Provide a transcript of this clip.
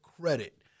credit